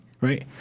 right